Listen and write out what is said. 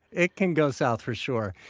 it can go south for sure.